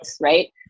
right